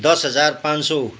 दस हजार पाँच सौ